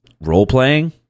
role-playing